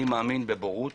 אני מאמין בבורות,